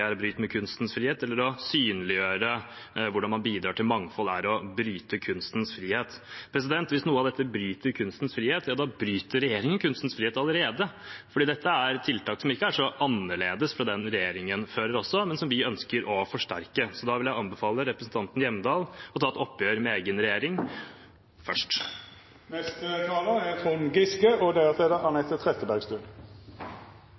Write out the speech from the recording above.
kunstens frihet, eller om å synliggjøre hvordan man bidrar til mangfold er å bryte med kunstens frihet. Hvis noe av dette er å bryte med kunstens frihet, da bryter regjeringen med kunstens frihet allerede, for dette er tiltak som ikke er så annerledes enn dem fra regjeringen, men som vi ønsker å forsterke. Så da vil jeg anbefale representanten Hjemdal å ta et oppgjør med egen regjering først. Norge er